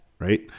right